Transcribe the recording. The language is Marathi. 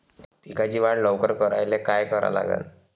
पिकाची वाढ लवकर करायले काय करा लागन?